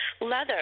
leather